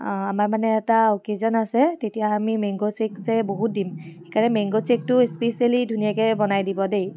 আমাৰ মানে এটা অ'কেইজন আছে তেতিয়া আমি মেংগ' শ্বে'ক যে বহুত দিম সেইকাৰণে মেংগ' শ্বে'কটো স্পিচেয়েলি ধুনীয়াকৈ বনাই দিব দেই